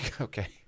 Okay